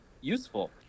useful